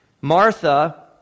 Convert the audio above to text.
Martha